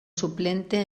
suplente